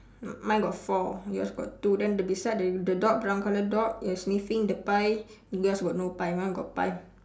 mi~ mine got four yours got two then the beside the the dog brown colour dog is sniffing the pie yours got no pie mine got pie